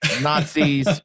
Nazis